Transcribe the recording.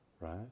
Right